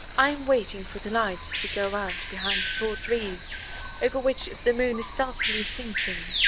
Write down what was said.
i am waiting for the light to go out behind the tall trees over which the moon is stealthily sinking.